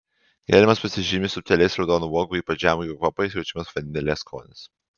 gėrimas pasižymi subtiliais raudonų uogų ypač žemuogių kvapais jaučiamas vanilės skonis